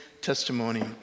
testimony